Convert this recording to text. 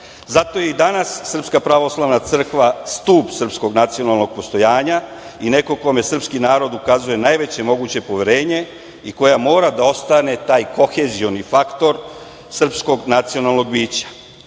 Zato je i danas SPC stub srpskog nacionalnog postojanja i neko kome srpski narod ukazuje najveće moguće poverenje i koja mora da ostane taj kohezioni faktor srpskog nacionalnog bića.